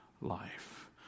life